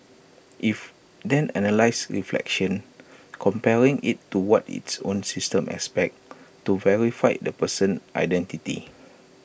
if then analyses reflection comparing IT to what its own system expects to verify the person's identity